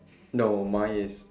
no mine is